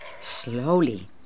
Slowly